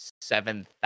seven